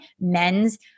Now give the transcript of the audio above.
Men's